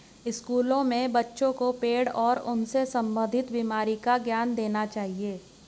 स्कूलों में बच्चों को पेड़ और उनसे संबंधित बीमारी का ज्ञान देना चाहिए